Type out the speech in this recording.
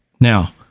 Now